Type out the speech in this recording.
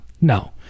no